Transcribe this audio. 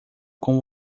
com